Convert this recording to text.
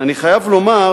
ואני חייב לומר